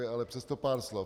Ale přesto pár slov.